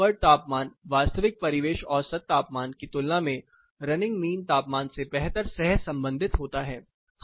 और कंफर्ट तापमान वास्तविक परिवेश औसत तापमान की तुलना में रनिंग मीन तापमान से बेहतर से सह संबंधित होता है